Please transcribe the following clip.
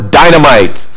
dynamite